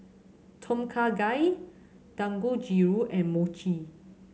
Tom Kha Gai Dangojiru and Mochi